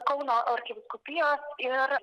kauno arkivyskupijos ir